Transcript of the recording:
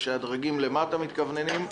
שהדרגים למטה מתכווננים אליו.